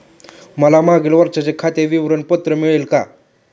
मला मागील वर्षाचे खाते विवरण पत्र मिळेल का?